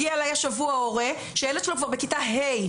הגיע אליי השבוע הורה שהילד שלו כבר בכיתה ה',